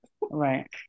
right